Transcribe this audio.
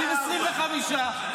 עולים 25,